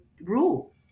rule